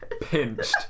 pinched